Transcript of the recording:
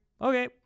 Okay